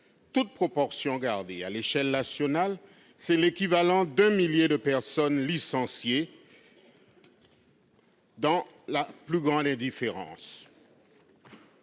Toutes proportions gardées, à l'échelle nationale, c'est l'équivalent d'un millier de personnes licenciées dans la plus grande indifférence.